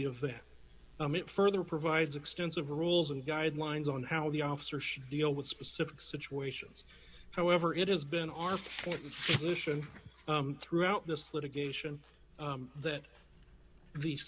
the of that comment further provides extensive rules and guidelines on how the officer should deal with specific situations however it has been our mission throughout this litigation that the